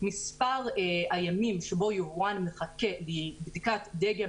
מספר הימים שבו יבואן מחכה לבדיקת דגם